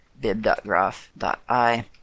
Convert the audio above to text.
bib.graph.i